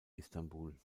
istanbul